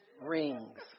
rings